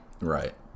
Right